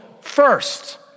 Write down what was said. first